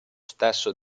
stesso